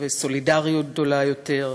וסולידריות גדולה יותר.